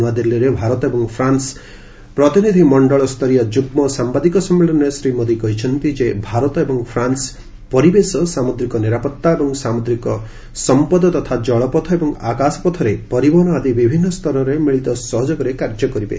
ନୂଆଦିଲ୍ଲୀରେ ଭାରତ ଏବଂ ଫ୍ରାନ୍ସ ପ୍ରତିନିଧି ମଣ୍ଡଳ ସ୍ତରୀୟ ଯୁଗ୍ମ ସାମ୍ଭାଦିକ ସମ୍ମିଳନୀରେ ଶ୍ରୀ ମୋଦି କହିଛନ୍ତି ଯେ ଭାରତ ଏବଂ ଫ୍ରାନ୍ସ ପରିବେଶ ସାମୁଦ୍ରିକ ନିରାପତ୍ତା ଏବଂ ସାମୁଦ୍ରିକ ସମ୍ପଦ ତଥା ଜଳପଥ ଏବଂ ଆକାଶପଥରେ ପରିବହନ ଆଦି ବିଭିନ୍ନ ସ୍ତରରେ ମିଳିତ ସହଯୋଗରେ କାର୍ଯ୍ୟ କରିବେ